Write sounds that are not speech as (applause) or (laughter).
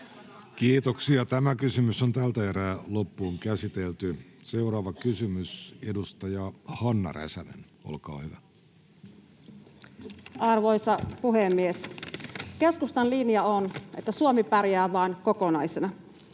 (noise) Uskon, että se on mahdollista. Seuraava kysymys, edustaja Hanna Räsänen, olkaa hyvä. Arvoisa puhemies! Keskustan linja on, että Suomi pärjää vain kokonaisena.